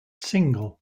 single